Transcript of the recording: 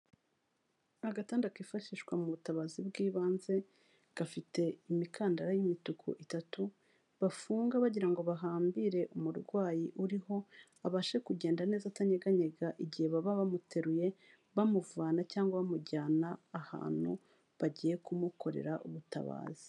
Ni agatanda kifashishwa mu butabazi bw'ibanze gafite imikandara y'imituku itatu bafunga bagira ngo bahambire umurwayi uriho abashe kugenda neza atanyeganyega igihe baba bamuteruye bamuvana cyangwa bamujyana ahantu bagiye kumukorera ubutabazi.